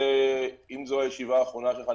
אם זו הישיבה האחרונה שלך,